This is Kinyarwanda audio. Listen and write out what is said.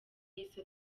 y’isi